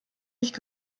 nicht